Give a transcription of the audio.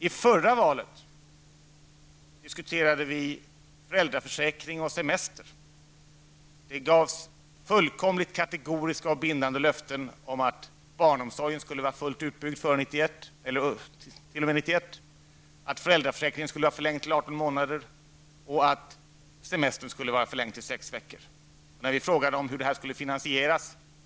I förra valet diskuterade vi föräldraförsäkring och semester. Det gavs fullkomligt kategoriska och bindande löften om att barnomsorgen skulle vara fullt utbyggd t.o.m. 1991, att föräldraförsäkringen skulle vara förlängd till 18 månader och att semestern skulle vara förlängd till sex veckor. Vi frågade hur det skulle finansieras.